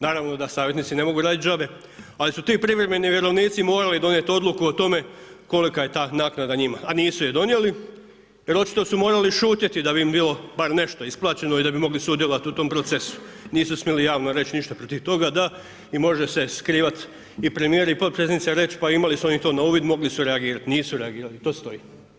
Naravno da savjetnici ne mogu raditi džabe ali su ti privremeni redovnici morali donijeti odluku o tome kolika je ta naknada njima, a nisu je donijeli jer očito su morali šutjeti da bi im bilo bar nešto isplaćeno i da bi mogli sudjelovati u tom procesu, nisu smjeli javno reći ništa protiv toga da i može se skrivati i premijer i potpredsjednica i reći pa imali su oni to na uvid, mogli su reagirati, nisu reagirali i to stoji.